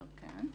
כן.